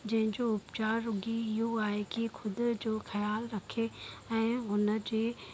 जंहिंजो उपचार रुॻी इहो आहे की ख़ुदि जो ख़्यालु रखे ऐं हुन जे